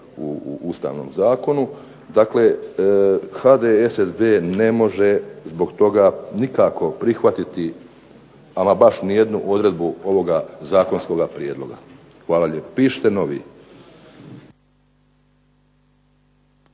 u Ustavnom zakonu. Dakle, HDSSB ne može zbog toga nikako prihvatiti ama baš nijednu odredbu ovoga zakonskoga prijedloga. Pišite novi.